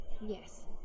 Yes